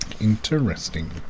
Interesting